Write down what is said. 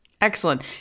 Excellent